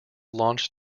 launch